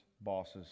bosses